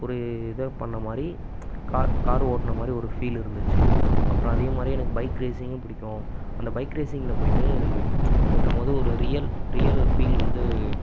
ஒரு இதை பண்ண மாதிரி கார் கார் ஓட்டுன மாதிரி ஒரு ஃபீல் இருந்துச்சு அதே மாதிரி எனக்கு பைக் ரேஸிங்கும் பிடிக்கும் அந்த பைக் ரேஸிங்கில் போகிட்டு ஓட்டம் போது ஒரு ரியல் ரியல் ஃபீல் வந்து